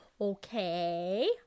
okay